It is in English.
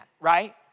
right